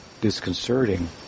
disconcerting